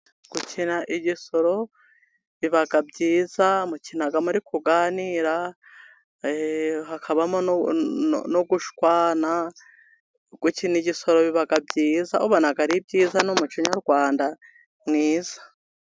Gukina igisoro biba byiza. Mukina muri kuganira hakabamo no gushwana. Gukina igisoro biba byiza ubona ari ibyiza, ni umuco nyarwanda mwiza.